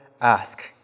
ask